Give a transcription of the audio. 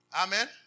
Amen